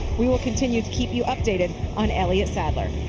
we will continue to keep you updated on elliott sadler.